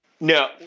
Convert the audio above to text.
no